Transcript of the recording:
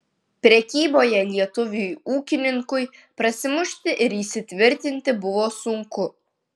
prekyboje lietuviui ūkininkui prasimušti ir įsitvirtinti buvo sunku